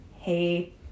hey